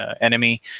enemy